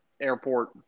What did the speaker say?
airport